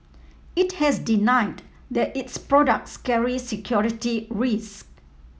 it has denied that its products carry security risks